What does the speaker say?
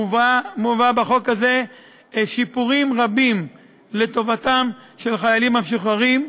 מובאים בחוק הזה שיפורים רבים לטובת החיילים המשוחררים,